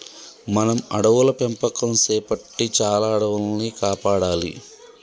మనం అడవుల పెంపకం సేపట్టి చాలా అడవుల్ని కాపాడాలి